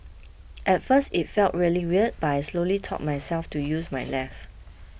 at first it felt really weird but I slowly taught myself to use my left